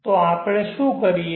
તો આપણે શું કરીએ